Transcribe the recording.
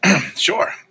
Sure